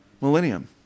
millennium